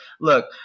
look